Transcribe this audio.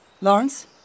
Lawrence